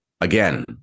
again